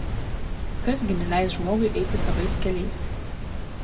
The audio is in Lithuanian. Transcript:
kas gi neleis žmogui eiti savais keliais